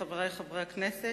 חברי חברי הכנסת,